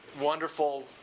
wonderful